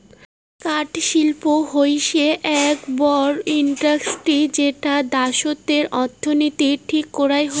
কাঠ শিল্প হৈসে আক বড় ইন্ডাস্ট্রি যেটা দ্যাশতের অর্থনীতির ঠিক করাং দেয়